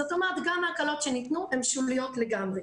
זאת אומרת שגם ההקלות שניתנו הן שוליות לגמרי.